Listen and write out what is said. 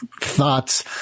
thoughts